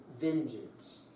vengeance